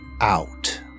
out